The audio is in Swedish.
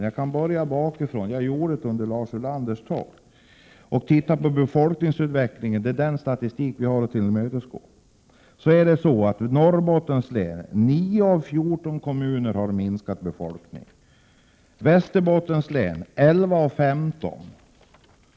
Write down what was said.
Jag började bakifrån och tittade på statistiken över befolkningsutvecklingen — det är den statistik vi har att ta hänsyn till. I Norrbottens län har 9 av 14 kommuner fått minskad befolkning. I Västerbottens län har 11 av 15 kommuner drabbats av en befolkningsminskning.